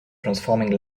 transforming